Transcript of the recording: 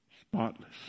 spotless